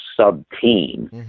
sub-team